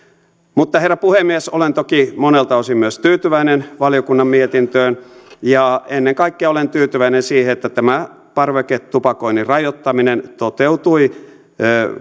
herra puhemies olen toki monelta osin myös tyytyväinen valiokunnan mietintöön ennen kaikkea olen tyytyväinen siihen että tämä parveketupakoinnin rajoittaminen toteutui